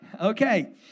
Okay